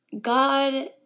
God